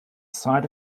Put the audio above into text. side